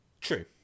True